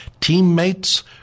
teammates